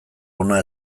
hona